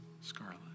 scarlet